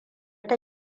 ta